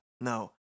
no